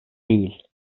değil